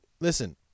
listen